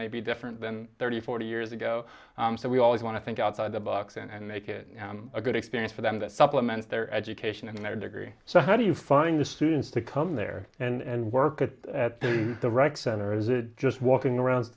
may be different than thirty forty years ago so we always want to think outside the box and make it a good experience for them that supplement their education and their degree so how do you find the students to come there and work at the rec center or is it just walking around